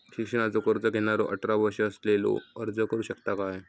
शिक्षणाचा कर्ज घेणारो अठरा वर्ष असलेलो अर्ज करू शकता काय?